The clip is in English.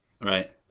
Right